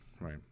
right